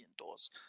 indoors